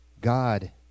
God